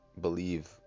believe